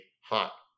hot